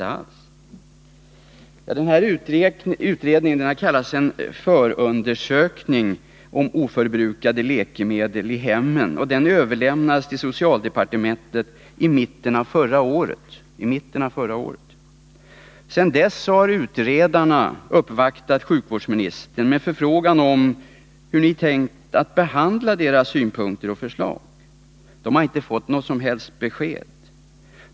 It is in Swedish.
Utredningen har kallats en förundersökning om oförbrukade läkemedel i hemmen, och den överlämnades till socialdepartementet i mitten av förra året. Sedan dess har utredarna uppvaktat sjukvårdsministern med förfrågan om hur ni tänkt att behandla deras synpunkter och förslag. De har inte fått något som helst besked.